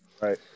Right